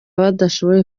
badashoboye